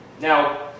Now